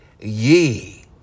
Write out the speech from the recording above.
ye